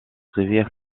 rivière